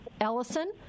Ellison